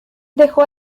dejó